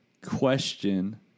question